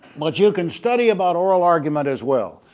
but you can study about oral argument as well,